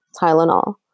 Tylenol